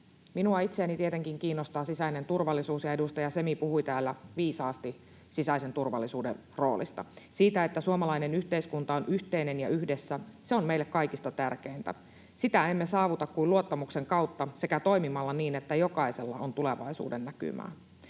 minua itseäni tietenkin kiinnostaa sisäinen turvallisuus, ja edustaja Semi puhui täällä viisaasti sisäisen turvallisuuden roolista, siitä, että suomalainen yhteiskunta on yhteinen ja yhdessä, se on meille kaikista tärkeintä. Sitä emme saavuta kuin luottamuksen kautta sekä toimimalla niin, että jokaisella on tulevaisuudennäkymää.